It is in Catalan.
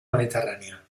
mediterrània